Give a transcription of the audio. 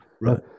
Right